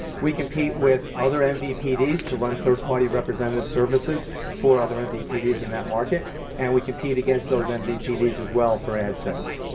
we compete with other and mvpds to run third party representative services for other other mvpds in that market and we compete against those and but mvpds as well for ad sales.